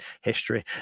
history